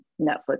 Netflix